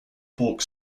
pork